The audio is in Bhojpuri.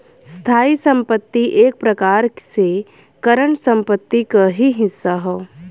स्थायी संपत्ति एक प्रकार से करंट संपत्ति क ही हिस्सा हौ